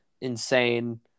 insane